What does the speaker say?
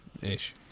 ish